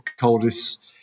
coldest